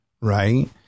right